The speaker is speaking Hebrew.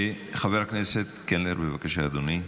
חבר הכנסת קלנר, בבקשה, אדוני.